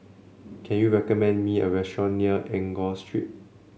can you recommend me a restaurant near Enggor Street